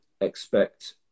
expect